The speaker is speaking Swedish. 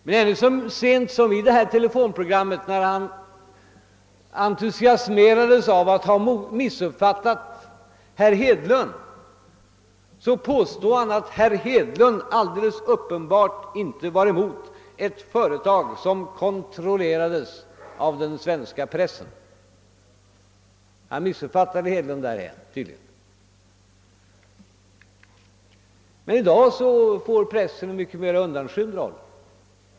Men ännu så sent som i telefonprogrammet, när han entusiasmerades av att ha missuppfattat herr Hedlund, påstod han att herr Hedlund alldeles uppenbart inte var emot ett företag som kontrollerades av den svenska pressen. Han missuppfattade tydligen herr Hedlund där igen. Men i dag får pressen spela en mycket mera undanskymd roll.